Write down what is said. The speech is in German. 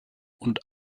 und